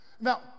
now